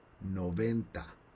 noventa